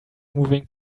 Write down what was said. moving